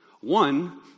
One